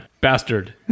Bastard